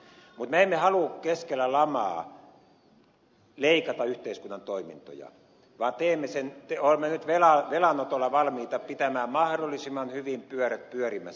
mutta me emme halua keskellä lamaa leikata yhteiskunnan toimintoja vaan olemme nyt velanotolla valmiita pitämään mahdollisimman hyvin pyörät pyörimässä